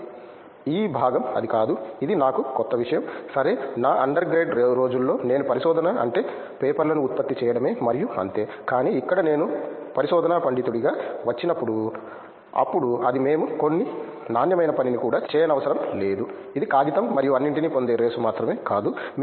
కాబట్టి ఈ భాగం అది కాదు ఇది నాకు క్రొత్త విషయం సరే నా అండర్ గ్రేడ్ రోజుల్లో నేను పరిశోధన అంటే పేపర్లను ఉత్పత్తి చేయడమే మరియు అంతే కానీ ఇక్కడ నేను పరిశోధనా పండితుడిగా వచ్చినప్పుడు అప్పుడు ఇది మేము కొన్ని నాణ్యమైన పనిని కూడా చేయనవసరం లేదు ఇది కాగితం మరియు అన్నింటినీ పొందే రేసు మాత్రమే కాదు